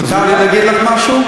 מותר לי להגיד לך משהו?